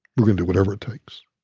we're going do whatever it takes.